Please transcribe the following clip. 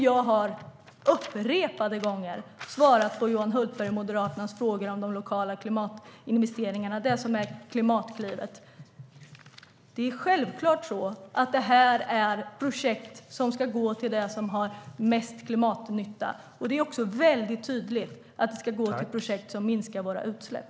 Jag har upprepade gånger svarat på Johan Hultbergs och Moderaternas frågor om de lokala klimatinvesteringarna, Klimatklivet. Det är självklart att det ska gå till de projekt som gör mest klimatnytta. Det är också tydligt att det ska gå till projekt som minskar våra utsläpp.